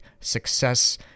success